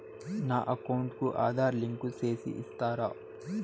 నా అకౌంట్ కు ఆధార్ లింకు సేసి ఇస్తారా?